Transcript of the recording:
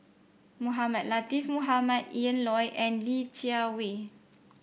Mohamed Latiff Mohamed Ian Loy and Li Jiawei